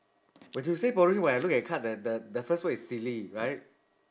when you say boring when I look at card the the the first word is silly right